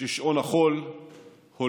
ששעון החול אוזל.